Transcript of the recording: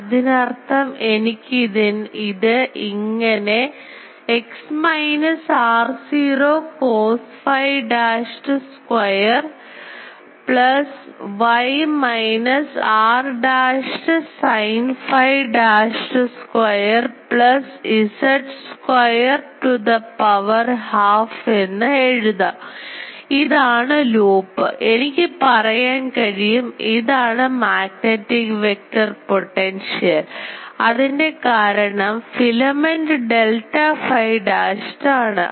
അതിനർത്ഥംഎനിക്ക് ഇത് ഇങ്ങനെ x minus r0 cos phi dashed square plus y minus r dashed sin phi dashed square plus z square to the power half എന്ന് എഴുതാം ഇതാണ് loop എനിക്ക്പറയാൻ കഴിയും ഇതാണ് മാഗ്നെറ്റിക് വെക്ടർ പൊട്ടൻഷ്യൽ അതിൻറെ കാരണം ഫിലമെന്റ് delta phi dashed ആണ്